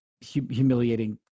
humiliating